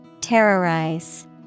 Terrorize